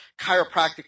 chiropractic